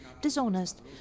dishonest